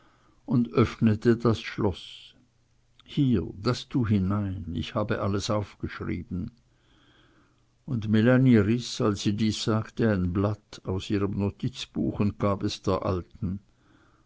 und öffnete das schloß hier das tu hinein ich hab alles aufgeschrieben und melanie riß als sie dies sagte ein blatt aus ihrem notizbuch und gab es der alten